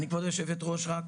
כבוד היושבת ראש,